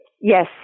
Yes